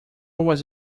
was